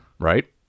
Right